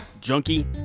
junkie